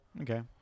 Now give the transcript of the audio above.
Okay